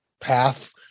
path